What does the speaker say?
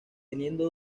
teniendo